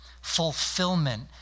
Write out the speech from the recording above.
fulfillment